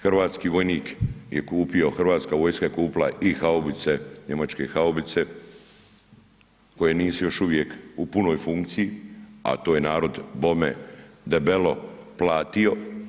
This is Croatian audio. Hrvatski vojnik je kupio, Hrvatska vojska je kupila i haubice, njemačke haubice koje nisu još uvijek u punoj funkciji, a to je narod bome debelo platio.